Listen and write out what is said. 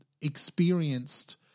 experienced